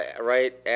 right